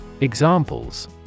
Examples